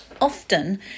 often